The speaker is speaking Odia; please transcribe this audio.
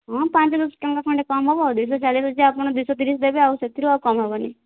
ହଁ ପାଞ୍ଚ ଦଶ ଟଙ୍କା ଖଣ୍ଡେ କମ ହେବ ଦୁଇ ଶହ ଚାଳିଶ ଅଛି ଆପଣ ଦୁଇ ଶହ ତିରିଶ ଦେବେ ଆଉ ସେଥିରୁ ଆଉ କମ ହେବନି